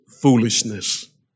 foolishness